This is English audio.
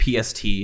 PST